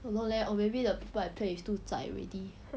don't know leh or maybe the people I play with too zai already